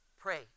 pray